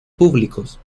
públicos